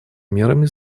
мерами